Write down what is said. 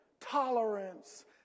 tolerance